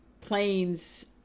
planes